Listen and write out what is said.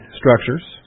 structures